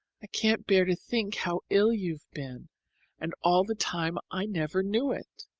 can't bear to think how ill you've been and all the time i never knew it.